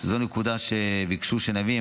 שזו נקודה שביקשו שנביא.